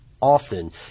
often